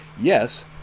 yes